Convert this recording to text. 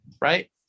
right